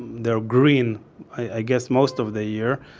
they are green i guess most of the year.